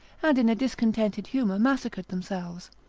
and in a discontented humour massacred themselves.